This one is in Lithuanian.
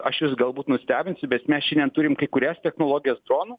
aš jus galbūt nustebinsiu bet mes šiandien turim kai kurias technologijas dronų